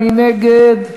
מי נגד?